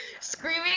screaming